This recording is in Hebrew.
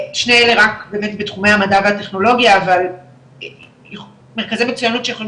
שני אלה רק בתחומי המדע והטכנולוגיה אבל מרכזי מצוינות שיכולים